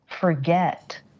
forget